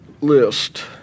list